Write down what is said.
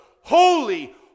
Holy